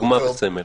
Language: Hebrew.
דוגמה וסמל.